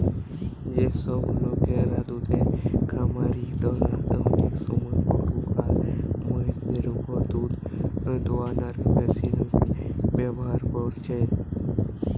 যেসব লোকরা দুধের খামারি তারা অনেক সময় গরু আর মহিষ দের উপর দুধ দুয়ানার মেশিন ব্যাভার কোরছে